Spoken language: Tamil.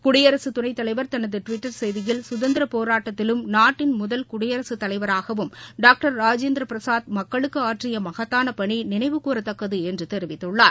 குடியரசு துணைத்தலைவா் தனது டிவிட்டர் செய்தியில் சுதந்திர போராட்டத்திலும் நாட்டின் முதல் குடியரசு தலைவராகவும் டாக்டர் ராஜேந்திர பிரசாத் மக்களுக்கு ஆற்றிய மகத்னா பணி நினைவு கூறத்தக்கது என்று தெரிவித்துள்ளார்